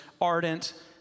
ardent